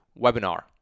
webinar